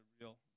real